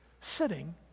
sitting